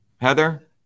Heather